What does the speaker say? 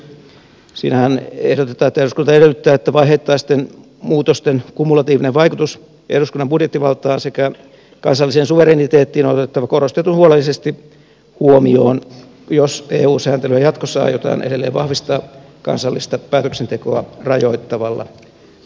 siinähän ehdotetaan että eduskunta edellyttää että vaiheittaisten muutosten kumulatiivinen vaikutus eduskunnan budjettivaltaan sekä kansalliseen suvereniteettiin on otettava korostetun huolellisesti huomioon jos eu sääntelyä jatkossa aiotaan edelleen vahvistaa kansallista päätöksentekoa rajoittavalla tavalla